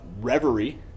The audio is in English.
Reverie